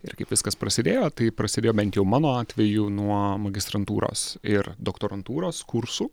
ir kaip viskas prasidėjo tai prasidėjo bent jau mano atveju nuo magistrantūros ir doktorantūros kursų